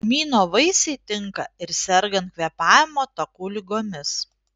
kmyno vaisiai tinka ir sergant kvėpavimo takų ligomis